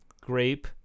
grape